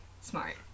smart